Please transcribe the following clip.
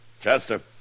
Chester